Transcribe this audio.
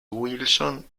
wilson